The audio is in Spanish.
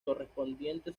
correspondiente